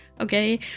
okay